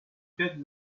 quête